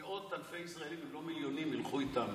מאות אלפי ישראלים, אם לא מיליונים, ילכו אתם